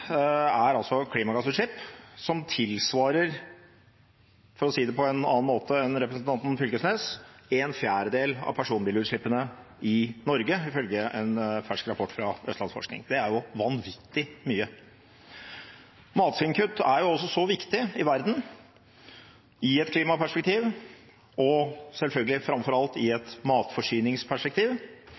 er klimagassutslipp, som tilsvarer – for å si det på en annen måte enn representanten Fylkesnes – en fjerdedel av utslippene fra personbiler i Norge, ifølge en fersk rapport fra Østlandsforskning. Det er vanvittig mye. Matsvinnkutt er også så viktig i verden – i et klimaperspektiv og selvfølgelig, framfor alt, i et matforsyningsperspektiv